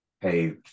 hey